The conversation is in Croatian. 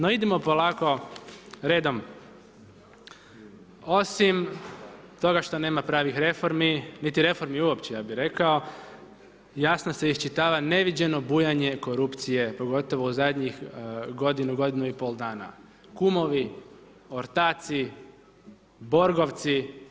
No, idemo polako redom, osim toga što nema pravih reformi, niti reformi uopće, ja bih rekao, jasno se isčitava neviđeno bujanje korupcije, pogotovo u zadnjih godinu, godinu i pol dana, kumovi, ortaci, borgovci.